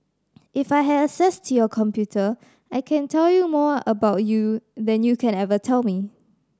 if I had access into your computer I can tell you more about you than you can ever tell me